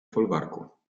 folwarku